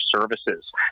services